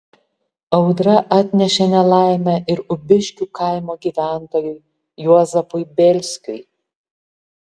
audra atnešė nelaimę ir ubiškių kaimo gyventojui juozapui bėlskiui